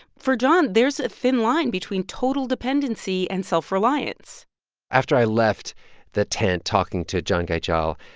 for john, there's a thin line between total dependency and self-reliance after i left the tent talking to john guy jel,